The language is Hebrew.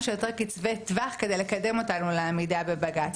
שיותר קצרי טווח כדי לקדם אותנו לעמידה בבג"ץ.